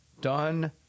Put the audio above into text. done